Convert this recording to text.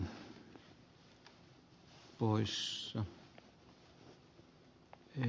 arvoisa puhemies